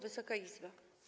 Wysoka Izbo!